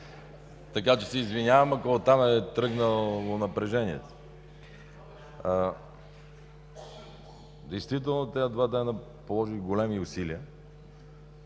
Така че се извинявам, ако оттам е тръгнало напрежението. Действително тези два дни положих големи усилия.